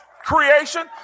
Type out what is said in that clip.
creation